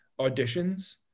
auditions